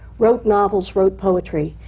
wrote novels, wrote poetry.